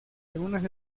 algunas